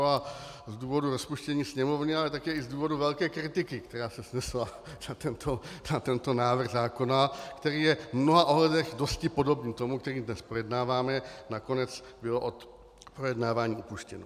Z důvodu rozpuštění Sněmovny a také z důvodu velké kritiky, která se snesla na tento návrh zákona, který je v mnoha ohledech dosti podobný tomu, který dnes projednáváme, nakonec bylo od projednávání upuštěno.